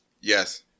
yes